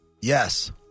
Yes